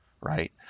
right